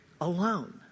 alone